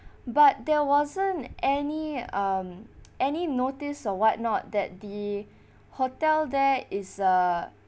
but there wasn't any um any notice or what not that the hotel there is a